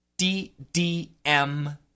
ddm